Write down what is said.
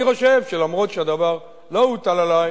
אני חושב שלמרות שהדבר לא הוטל עלי,